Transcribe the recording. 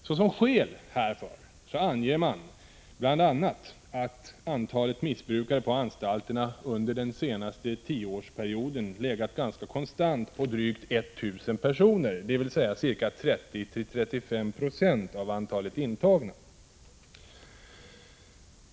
Såsom skäl härför anger man bl.a. att antalet missbrukare på anstalterna under den senaste tioårsperioden legat ganska konstant på drygt 1000 personer, dvs. omkring 30-35 20 av antalet intagna.